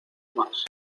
más